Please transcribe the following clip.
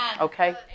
Okay